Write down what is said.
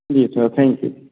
ji sir thank you